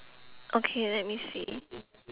okay let me see